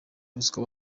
ruswa